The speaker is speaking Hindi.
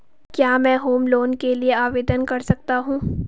क्या मैं होम लोंन के लिए आवेदन कर सकता हूं?